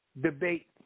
debate